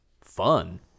fun